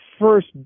first